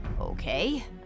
Okay